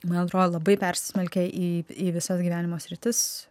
man atrodo labai persismelkia į į visas gyvenimo sritis